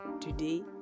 today